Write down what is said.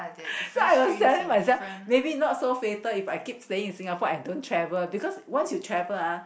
so I was telling myself maybe not so fatal if I keep staying in Singapore and don't travel because once you travel ah